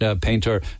painter